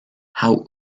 how